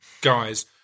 guys